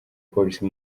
polisi